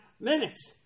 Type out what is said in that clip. minutes